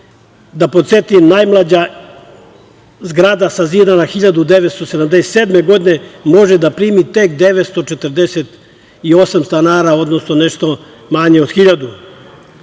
da podsetim, najmlađa zgrada sazidana 1977. godine, može da primi tek 948 stanara, odnosno nešto manje od